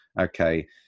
okay